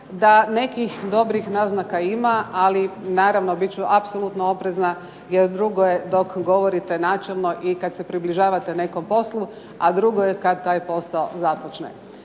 da nekih dobrih naznaka ima, ali naravno bit ću apsolutno oprezna, jer drugo je dok govorite načelno i kad se približavate nekom poslu, a drugo je kad taj posao započne.